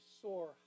soar